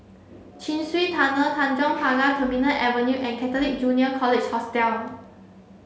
Chin Swee Tunnel Tanjong Pagar Terminal Avenue and Catholic Junior College Hostel